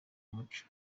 umuco